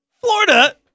Florida